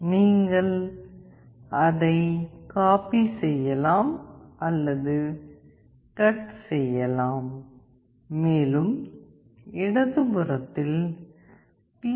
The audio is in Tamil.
நீங்கள் அதை காபி செய்யலாம் அல்லது கட் செய்யலாம் மேலும் இடதுபுறத்தில் பி